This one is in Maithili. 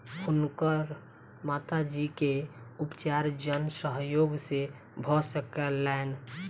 हुनकर माता जी के उपचार जन सहयोग से भ सकलैन